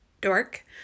dork